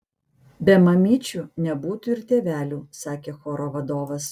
be mamyčių nebūtų ir tėvelių sakė choro vadovas